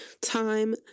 time